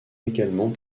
également